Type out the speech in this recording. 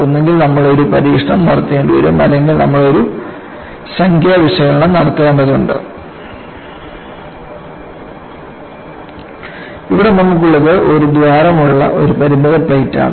ഒന്നുകിൽ നമ്മൾ ഒരു പരീക്ഷണം നടത്തേണ്ടിവരും അല്ലെങ്കിൽ നമ്മൾ ഒരു സംഖ്യാ വിശകലനം നടത്തേണ്ടതുണ്ട് ഇവിടെ നമുക്കുള്ളത് ഒരു ദ്വാരമുള്ള ഒരു പരിമിത പ്ലേറ്റാണ്